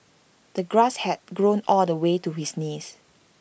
the grass had grown all the way to his knees